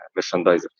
merchandiser